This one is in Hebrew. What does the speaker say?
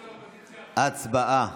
הצבעה.